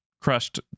crushed